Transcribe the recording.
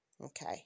okay